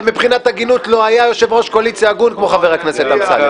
אבל מבחינת ההגינות לא היה יושב-ראש קואליציה הגון כמו חבר הכנסת אמסלם,